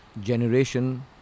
generation